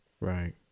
Right